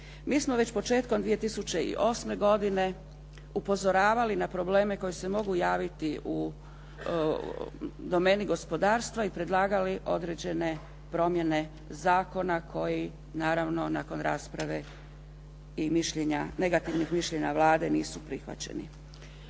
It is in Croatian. mi smo već početkom 2008. godine upozoravali na probleme koji se mogu javiti u domeni gospodarstva i predlagali određene promjene zakona koji naravno nakon rasprave i negativnih mišljenja Vlade nisu prihvaćeni.